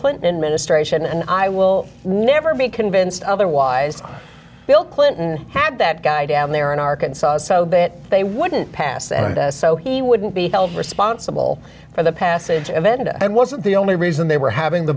clinton administration and i will never be convinced otherwise bill clinton had that guy down there in arkansas so that they wouldn't pass and so he wouldn't be held responsible for the passage of it and i wasn't the only reason they were having the